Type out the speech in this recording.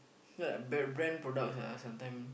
so like brand brand products ah sometime